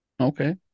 Okay